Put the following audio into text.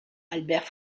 albert